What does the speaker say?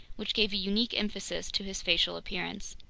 which gave a unique emphasis to his facial appearance.